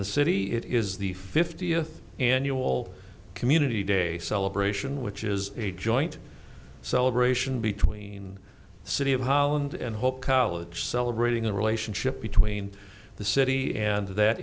the city it is the fiftieth annual community day celebration which is a joint celebration between city of holland and hope college celebrating the relationship between the city and that